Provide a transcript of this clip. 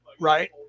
Right